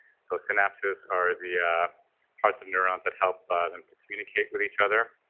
so synapses are the parts of neurons that help them to communicate with each other.